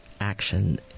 action